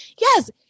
yes